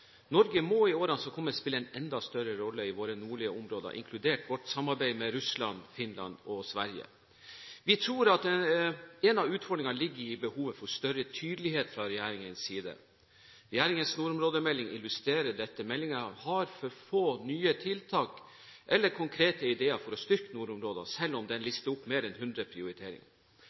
Norge må i årene som kommer, spille en enda større rolle i våre nordlige områder, inkludert vårt samarbeid med Russland, Finland og Sverige. Vi tror at en av utfordringene ligger i behovet for større tydelighet fra regjeringens side. Regjeringens nordområdemelding illustrerer dette. Meldingen har for få nye tiltak eller konkrete ideer for å styrke nordområdene, selv om den lister opp mer enn 100 prioriteringer.